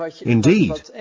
indeed